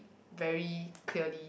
very clearly